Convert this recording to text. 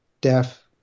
deaf